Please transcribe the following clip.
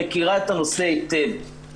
מכירה את הנושא היטב.